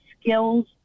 skills